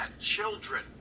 children